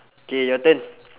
K your turn